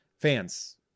fans